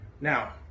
Now